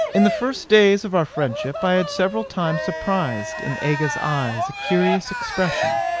in the first days of our friendship i had several times surprised in aga's eyes a curious expression,